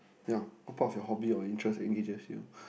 yeah what part of your hobby or interest engages you